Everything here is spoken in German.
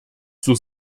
zur